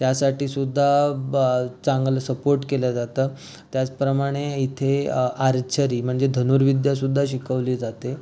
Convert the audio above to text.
त्यासाठीसुद्धा चांगला सपोर्ट केलं जातं त्याचप्रमाणे इथे आरचरी म्हणजे धनुर्विद्यासुद्धा शिकवली जाते